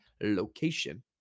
location